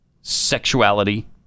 sexuality